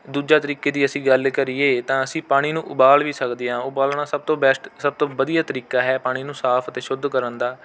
ਦੂਜਾ ਤਰੀਕੇ ਦੀ ਜੇ ਅਸੀਂ ਗੱਲ ਕਰੀਏ ਤਾਂ ਅਸੀਂ ਪਾਣੀ ਨੂੰ ਉਬਾਲ ਵੀ ਸਕਦੇ ਹਾਂ ਉਬਾਲਣਾ ਸਭ ਤੋਂ ਬੇਸਟ ਸਭ ਤੋਂ ਵਧੀਆ ਤਰੀਕਾ ਹੈ ਪਾਣੀ ਨੂੰ ਸਾਫ਼ ਅਤੇ ਸ਼ੁੱਧ ਕਰਨ ਦਾ